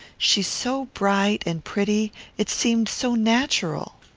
she's so bright and pretty it seemed so natural.